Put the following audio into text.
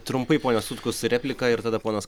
trumpai pone sutkus replika ir tada ponas